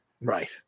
Right